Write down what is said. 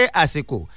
asiko